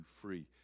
free